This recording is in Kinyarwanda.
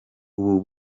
ubu